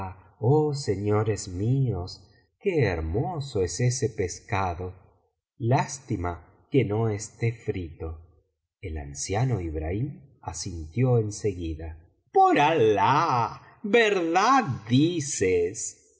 oh señores míos qué hermoso es ese pescado lástima que no esté frito el anciano ibrahim asintió en seguida por alah verdad dices